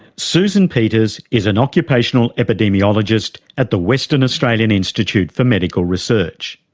susan peters is an occupational epidemiologist at the western australian institute for medical research.